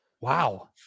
Wow